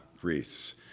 Greece